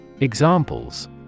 Examples